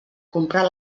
comprar